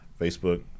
Facebook